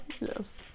Yes